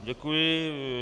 Děkuji.